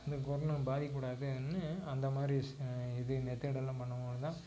அந்த கொரோனா பாதிக்கக்கூடாதுன்னு அந்த மாதிரி ச இது மெத்தேட் எல்லாம் பண்ணும் போது தான்